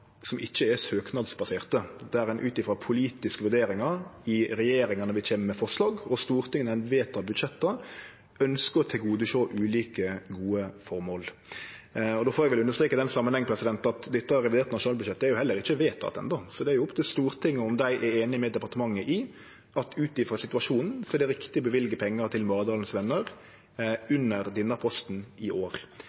ikkje er søknadsbaserte, der ein ut frå politiske vurderingar i regjeringa når vi kjem med forslag, og i Stortinget når ein vedtek budsjetta, ønskjer å tilgodesjå ulike gode føremål. Då får eg understreke i den samanhengen at det reviderte nasjonalbudsjettet enno ikkje er vedteke, så det er opp til Stortinget om dei er einige med departementet i at det ut frå situasjonen er riktig å løyve pengar til Maridalens Venner